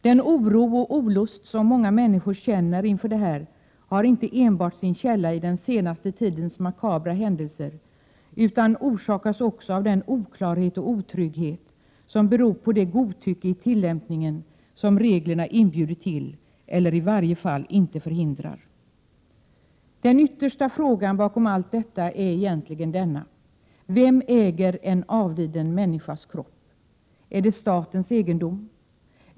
Den oro och olust som många människor känner inför det här har inte enbart sin källa i den senaste tidens makabra händelser, utan orsakas också av den oklarhet och otrygghet som beror på det godtycke i tillämpningen som reglerna inbjuder till eller i varje fall inte förhindrar. Den yttersta frågan bakom allt detta är egentligen denna: Vem äger en avliden människas kropp? Är den statens egendom?